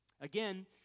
Again